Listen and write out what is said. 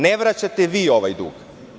Ne vraćate vi ovaj dug.